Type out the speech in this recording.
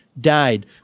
died